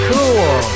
Cool